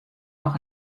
noch